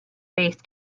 faced